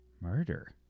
Murder